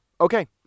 okay